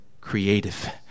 creative